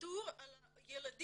ויתור על הילדים,